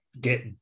Get